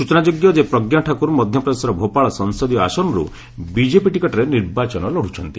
ସୂଚନାଯୋଗ୍ୟଯେ ପ୍ରଜ୍ଞାଠାକୁର ମଧ୍ୟପ୍ରଦେଶର ଭୋପାଳ ସଂସଦୀୟ ଆସନରୁ ବିଜେପି ଟିକେଟ୍ରେ ନିର୍ବାଚନ ଲଢୁଛନ୍ତି